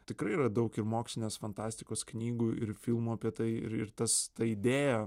tikrai yra daug ir mokslinės fantastikos knygų ir filmų apie tai ir ir tas ta idėja